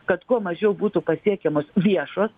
kad kuo mažiau būtų pasiekiamos viešos